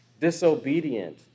disobedient